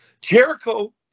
Jericho